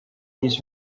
these